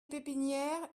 pépinières